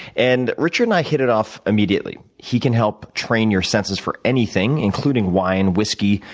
and richard and i hit it off immediately. he can help train your senses for anything, including wine, whiskey,